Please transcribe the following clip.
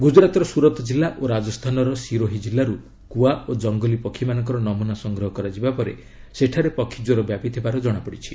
ଗୁକୁରାତର ସୁରତ କିଲ୍ଲା ଓ ରାଜସ୍ଥାନର ସିରୋହୀ କିଲ୍ଲାରୁ କୁଆ ଓ କଙ୍ଗଲୀ ପକ୍ଷୀ ମାନଙ୍କର ନମ୍ନନା ସଂଗ୍ରହ କରାଯିବା ପରେ ସେଠାରେ ପକ୍ଷୀଜ୍ୱର ବ୍ୟାପିଥିବାର ଜଣାପଡିଛି